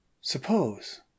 Suppose